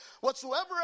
whatsoever